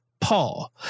Paul